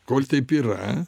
kol taip yra